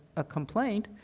a complaint